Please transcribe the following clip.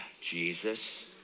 Jesus